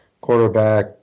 quarterback